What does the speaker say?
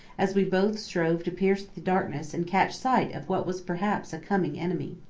as we both strove to pierce the darkness and catch sight of what was perhaps a coming enemy.